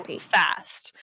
fast